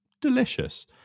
delicious